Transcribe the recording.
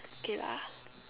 okay lah